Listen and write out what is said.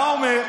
מה הוא אומר?